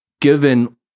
given